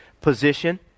position